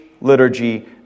liturgy